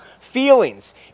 feelings